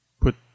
Put